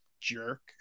jerk